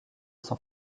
san